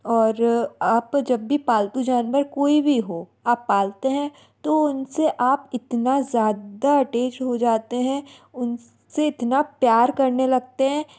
और आप जब भी पालतू जानवर कोई वी हो आप पालते हैं तो उनसे आप इतना ज़्यादा अटेच हो जाते हैं उन से इतना प्यार करने लगते हैं